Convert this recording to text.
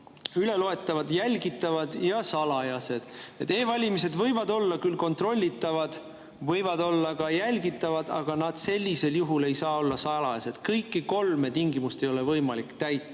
olema] jälgitavad ja salajased. E‑valimised võivad olla küll kontrollitavad, võivad olla jälgitavad, aga nad sellisel juhul ei saa olla salajased. Kõiki kolme tingimust ei ole võimalik